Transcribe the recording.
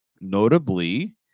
Notably